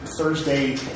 Thursday